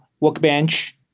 Workbench